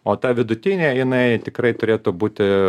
o ta vidutinė jinai tikrai turėtų būti